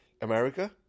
America